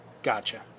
Gotcha